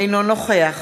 אינו נוכח